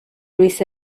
luis